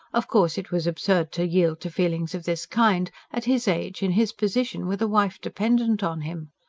of course, it was absurd to yield to feelings of this kind at his age, in his position, with a wife dependent on him.